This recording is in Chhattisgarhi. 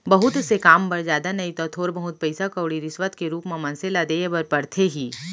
बहुत से काम बर जादा नइ तव थोर बहुत पइसा कउड़ी रिस्वत के रुप म मनसे ल देय बर परथे ही